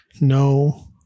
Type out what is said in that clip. no